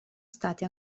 stati